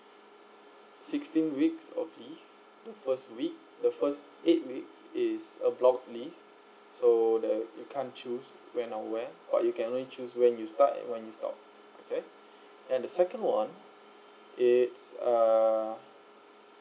sixteen weeks of leave the first week the first eight weeks is a block leave so the you can't choose when or where but you can only choose when you start and when you stop okay then the second one it's uh